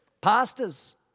pastors